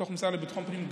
בתוך המשרד לביטחון פנים.